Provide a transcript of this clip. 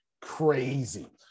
crazy